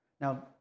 Now